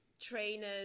trainers